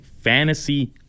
fantasy